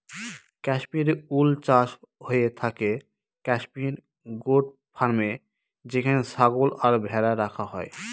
Kashmiri wool চাষ হয়ে থাকে কাশ্মির গোট ফার্মে যেখানে ছাগল আর ভেড়া রাখা হয়